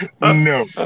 No